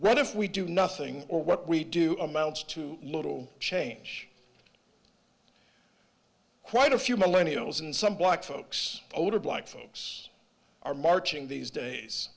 what if we do nothing or what we do amounts to little change quite a few millennia and some black folks older black folks are marching these days